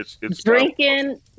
Drinking